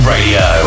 Radio